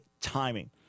timing